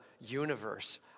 universe